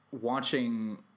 watching